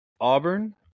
Auburn